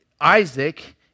Isaac